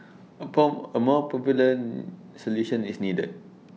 A born A more permanent solution is needed